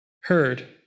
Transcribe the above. heard